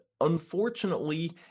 unfortunately